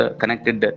connected